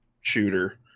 shooter